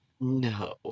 No